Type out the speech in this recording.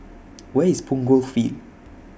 Where IS Punggol Field